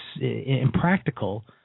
impractical